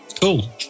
cool